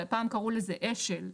פעם קראו לזה אש"ל,